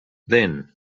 then